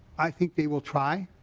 i think they will try.